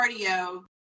cardio